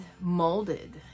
molded